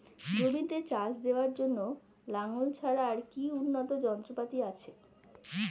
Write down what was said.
জমিতে চাষ দেওয়ার জন্য লাঙ্গল ছাড়া আর কি উন্নত যন্ত্রপাতি আছে?